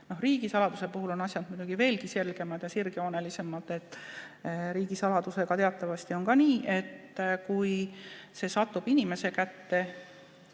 Riigisaladuse puhul on asjad muidugi veelgi selgemad ja sirgjoonelisemad. Riigisaladusega on teatavasti ka nii, et kui see satub inimese kätte,